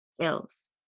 else